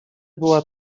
była